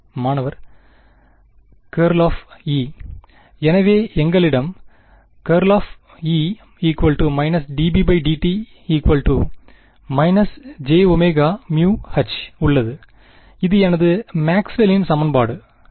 மாணவர் ∇× E எனவே எங்களிடம் ∇×E dBdt jωμH உள்ளது இது எனது மேக்ஸ்வெல்லின் சமன்பாடு சரி